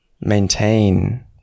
maintain